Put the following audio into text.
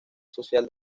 social